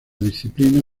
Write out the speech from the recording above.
disciplina